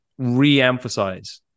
reemphasize